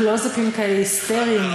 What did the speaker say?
קלוז-אפים כאלה היסטריים.